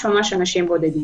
אנשים בודדים.